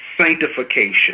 Sanctification